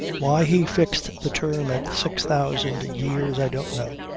why he fixed the term at six thousand years i don't know.